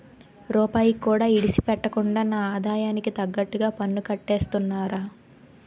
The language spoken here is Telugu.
రూపాయికి కూడా ఇడిసిపెట్టకుండా నా ఆదాయానికి తగ్గట్టుగా పన్నుకట్టేస్తున్నారా